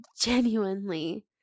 genuinely